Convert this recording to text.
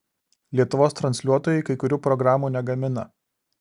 lietuvos transliuotojai kai kurių programų negamina